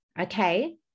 Okay